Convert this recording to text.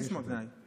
איזה שמות גנאי?